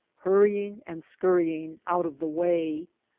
hurrying and scurrying out of the way.